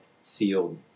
sealed